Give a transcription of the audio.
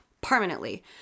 permanently